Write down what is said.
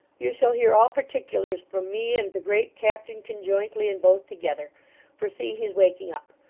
you shall hear all particulars from me and the great captain conjointly and both together for see, he's waking up.